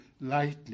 lightly